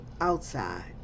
outside